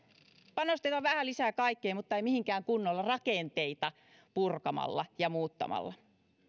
panostetaan vähän lisää kaikkeen mutta ei mihinkään kunnolla rakenteita purkamalla ja muuttamalla